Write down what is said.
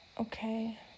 Okay